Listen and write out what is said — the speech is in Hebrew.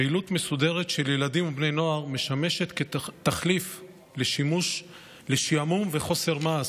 פעילות מסודרת של ילדים ובני נוער משמשת תחליף לשעמום וחוסר מעש.